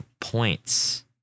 points